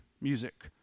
music